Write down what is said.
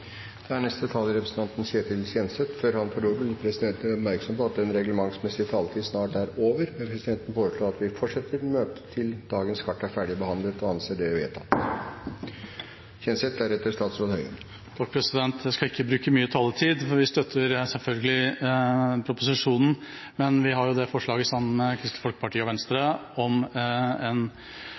Da er neste taler representanten Ketil Kjenseth. Før han får ordet, vil presidenten gjøre oppmerksom på at den reglementsmessige tid snart er over, men presidenten foreslår at vi fortsetter møtet til dagens kart er ferdigbehandlet – og anser det som vedtatt. Jeg skal ikke bruke mye taletid, for vi støtter selvfølgelig proposisjonen. Men vi har jo det forslaget sammen med Kristelig Folkeparti og Senterpartiet om en